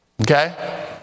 Okay